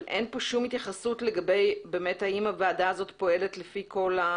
אבל אין פה שום התייחסות לגבי האם הוועדה הזאת פועלת לפי כל ה